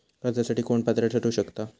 कर्जासाठी कोण पात्र ठरु शकता?